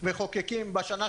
שמחוקקים בשנה,